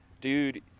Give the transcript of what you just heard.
dude